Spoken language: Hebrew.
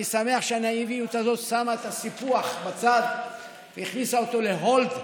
אני שמח שהנאיביות הזאת שמה את הסיפוח בצד ושמה אותו ל-hold,